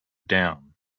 down